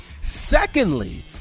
Secondly